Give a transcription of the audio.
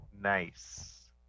nice